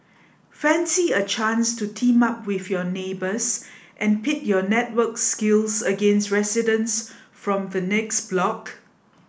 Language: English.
fancy a chance to team up with your neighbours and pit your networks skills against residents from the next block